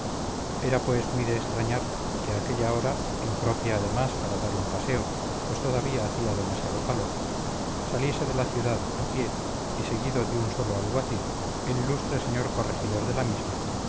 era pues muy de extrañar que a aquella hora impropia además para dar un paseo pues todavía hacía demasiado calor saliese de la ciudad a pie y seguido de un solo alguacil el ilustre señor corregidor de la misma